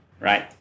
right